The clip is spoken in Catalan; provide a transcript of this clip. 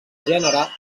gènere